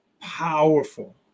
Powerful